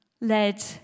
led